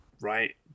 right